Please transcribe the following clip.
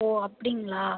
ஓ அப்படிங்களா